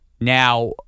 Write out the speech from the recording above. Now